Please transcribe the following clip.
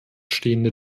stehende